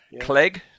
Clegg